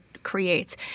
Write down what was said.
Creates